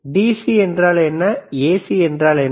DC என்றால் என்ன AC என்றால் என்ன